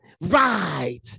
right